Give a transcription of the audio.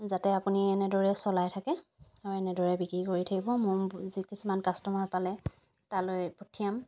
যাতে আপুনি এনেদৰে চলাই থাকে আৰু এনেদৰে বিকি কৰি থাকিব মই যি কিছুমান কাষ্টমাৰ পালে তালৈ পঠিয়াম